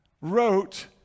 wrote